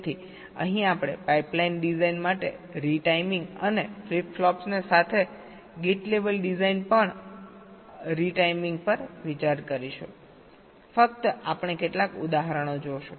તેથી અહીં આપણે પાઇપલાઇન ડિઝાઇન માટે રીટાઈમિંગ અને ફ્લિપ ફ્લોપ્સ સાથે ગેટ લેવલ ડિઝાઇન માટે પણ રીટાઈમિંગ પર વિચાર કરીશું ફક્ત આપણે કેટલાક ઉદાહરણો જોશું